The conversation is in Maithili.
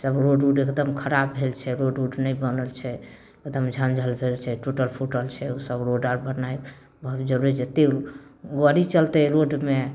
सब रोड उड एकदम खराब भेल छै रोड उड नहि बनल छै एकदम जर्जर भेल छै टुटल फुटल छै ओसब रोड आओर बननाइ बहुत जरूरी जतेक गाड़ी चलतै रोडमे